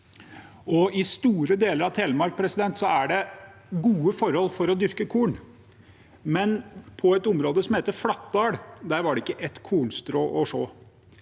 I store deler av Telemark er det gode forhold for å dyrke korn, men i et område som heter Flatdal, var ikke ett kornstrå å se.